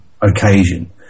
occasion